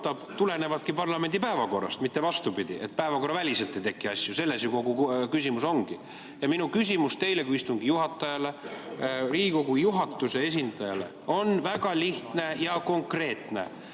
tulenevadki parlamendi päevakorrast, mitte vastupidi. Päevakorraväliselt ei teki asju. Selles ju kogu küsimus ongi. Minu küsimus teile kui istungi juhatajale, Riigikogu juhatuse esindajale on väga lihtne ja konkreetne.